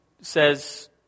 says